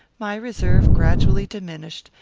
my reserve gradually diminished,